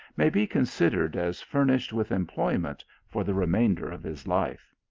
may be considered as furnished with em ployment for the remainder of his life.